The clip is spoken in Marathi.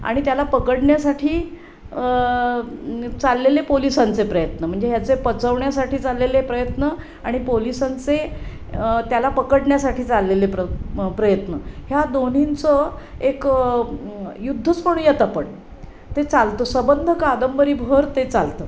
आणि त्याला पकडण्यासाठी चाललेले पोलिसांचे प्रयत्न म्हणजे ह्याचे पचवण्यासाठी चाललेले प्रयत्न आणि पोलिसांचे त्याला पकडण्यासाठी चाललेले प्र प्रयत्न ह्या दोन्हींचं एक युद्धच म्हणूया येतं पण ते चालतं सबंध कादंबरीभर ते चालतं